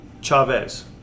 Chavez